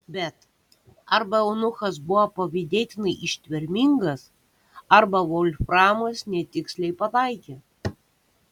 bet arba eunuchas buvo pavydėtinai ištvermingas arba volframas netiksliai pataikė